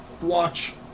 watch